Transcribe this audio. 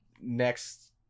next